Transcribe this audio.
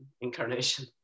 incarnation